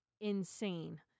insane